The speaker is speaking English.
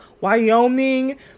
Wyoming